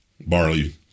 barley